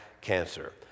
cancer